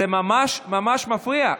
זה ממש ממש מפריע,